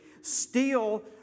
steal